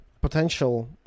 potential